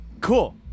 cool